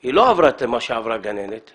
היא לא עברה את ההכשרה שעברה הגננת.